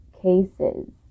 cases